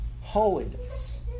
holiness